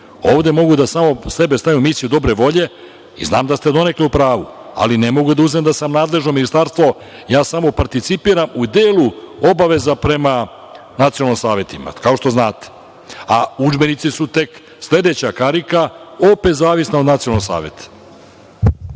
Ovde mogu samo sebe da stavim u misiju dobre volje, jer znam da ste donekle u pravu, ali ne mogu da uzmem da sam nadležno ministarstvo, ja samo participiram u delu obaveza prema nacionalnim savetima, kao što znate, a udžbenici su tek sledeća karika, opet zavisni od nacionalnog saveta.